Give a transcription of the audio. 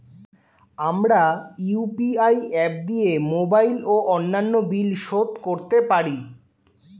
আমরা UPI app দিয়ে mobile ও অন্যান্য বিল শোধ করতে পারি